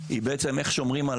הוא בעצם איך שאומרים,